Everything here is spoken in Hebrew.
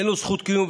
אין לו זכות קיום,